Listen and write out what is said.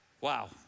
Wow